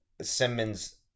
Simmons